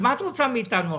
מה את רוצה מאיתנו עכשיו?